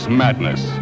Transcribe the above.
madness